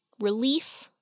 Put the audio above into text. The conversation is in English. relief